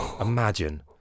Imagine